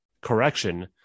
correction